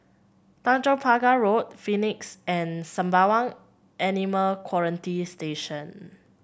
Tanjong Pagar Road Phoenix and Sembawang Animal Quarantine Station